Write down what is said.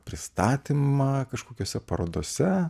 pristatymą kažkokiose parodose